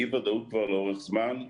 אי ודאות כבר לאורך זמן.